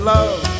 Love